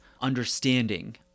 understanding